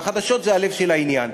והחדשות זה הלב של העניין.